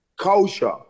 culture